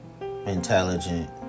intelligent